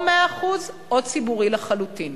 או 100% או ציבורי לחלוטין,